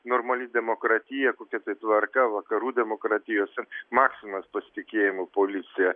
normali demokratija kokia tai tvarka vakarų demokratijos maksimumas pasitikėjimo policija